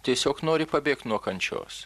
tiesiog nori pabėgt nuo kančios